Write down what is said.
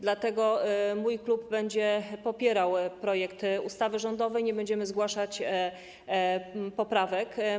Dlatego mój klub będzie popierał projekt ustawy rządowej, nie będziemy zgłaszać poprawek.